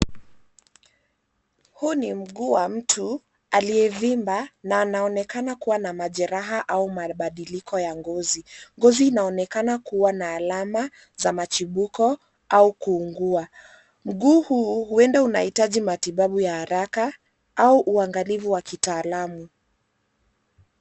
Huu ni mguu wa mtu aliyevimba na anaonekana kuwa na majeraha au mabadiliko ya ngozi. Ngozi inaonekana kuwa na alama za machibuko au kuungua. Mguu huu huenda unahitaji matibabu ya haraka au uangalivu wa kitaalamu.